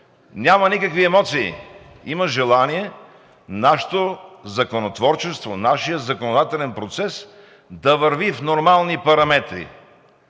Няма никакви емоции, има желание нашето законотворчество, нашият законодателен процес да върви в нормални параметри,